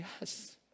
yes